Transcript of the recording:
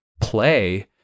play